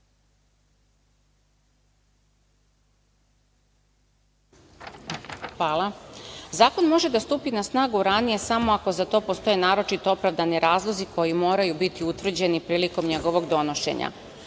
Hvala. Zakon može da stupi na snagu ranije samo ako za to postoje naročito opravdani razlozi koji moraju biti utvrđeni prilikom njegovog donošenja.Međutim,